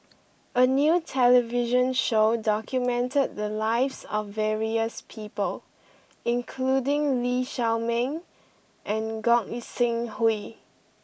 a new television show documented the lives of various people including Lee Shao Meng and Gog Sing Hooi